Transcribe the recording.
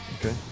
Okay